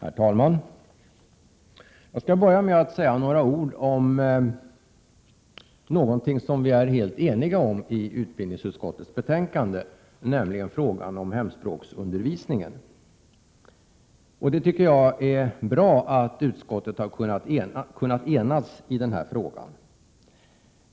Herr talman! Jag skall börja med att säga några ord om någonting som vi är helt eniga om i utbildningsutskottets betänkande, nämligen frågan om hemspråksundervisningen. Det är bra att utskottet har kunnat enas i den frågan.